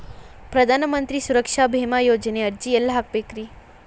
ಪ್ರಧಾನ ಮಂತ್ರಿ ಸುರಕ್ಷಾ ಭೇಮಾ ಯೋಜನೆ ಅರ್ಜಿ ಎಲ್ಲಿ ಹಾಕಬೇಕ್ರಿ?